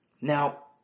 Now